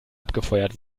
abgefeuert